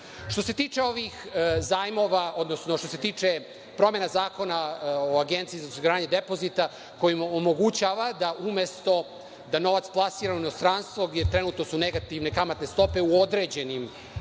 se tiče ovih zajmova, odnosno što se tiče promene Zakona o Agenciji za osiguranje depozita koji omogućava da umesto da novac plasira u inostranstvo, jer trenutno su negativne kamatne stope u određenim